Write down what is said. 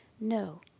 no